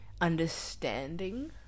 understanding